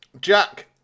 Jack